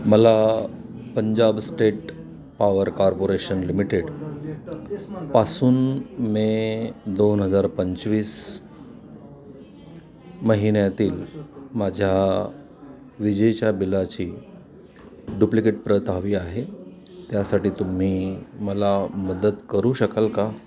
मला Punjab state power corporation limited पासून May दोन हजार पंचवीस महिन्यातील माझ्या विजेच्या बिलाची डुप्लिकेट प्रत हवी आहे त्यासाठी तुम्ही मला मदत करू शकाल का